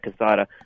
Casada